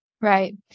Right